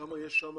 כמה יש שם?